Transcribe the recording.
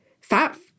fat